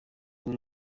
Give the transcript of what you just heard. buri